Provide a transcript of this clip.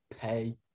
pay